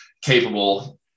capable